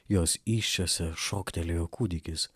jos įsčiose šoktelėjo kūdikis